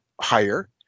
higher